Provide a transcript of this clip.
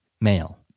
male